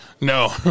No